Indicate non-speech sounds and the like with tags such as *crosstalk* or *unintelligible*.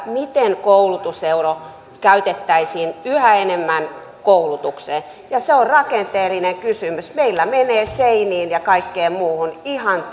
miten koulutuseuro käytettäisiin yhä enemmän koulutukseen ja se on rakenteellinen kysymys meillä menee seiniin ja kaikkeen muuhun ihan *unintelligible*